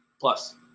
plus